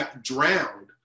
drowned